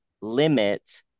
limit